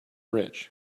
rich